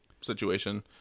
situation